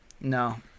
No